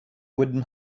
wooden